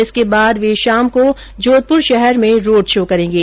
इसके बाद वे शाम को जोधपुर शहर में रोड शो करेंगे